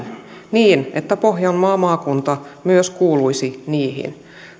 niin että pohjanmaan maakunta myös kuuluisi niihin